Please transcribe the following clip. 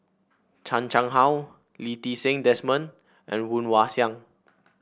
Chan Chang How Lee Ti Seng Desmond and Woon Wah Siang